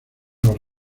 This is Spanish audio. los